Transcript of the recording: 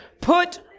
put